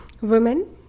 women